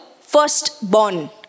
firstborn